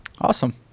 Awesome